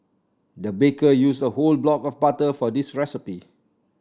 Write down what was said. the baker used a whole block of butter for this recipe